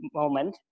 moment